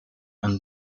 and